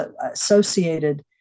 associated